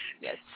yes